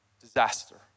disaster